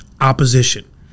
opposition